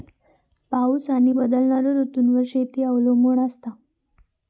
पाऊस आणि बदलणारो ऋतूंवर शेती अवलंबून असता